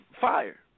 fire